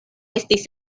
estis